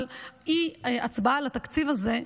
אבל אי-הצבעה על התקציב הזה,